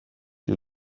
you